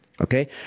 Okay